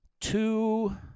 two